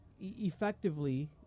effectively